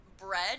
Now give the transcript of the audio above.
bread